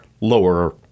lower